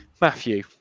matthew